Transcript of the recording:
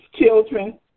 children